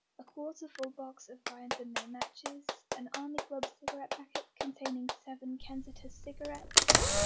a quarter-full box of bryant and may' matches, an army club cigarette packet containing seven kensitas cigarettes,